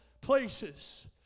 places